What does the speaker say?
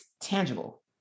tangible